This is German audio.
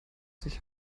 sich